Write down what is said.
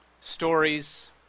stories